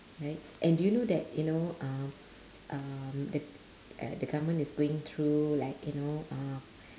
right and do you know that you know uh um the uh the government is going through like you know uh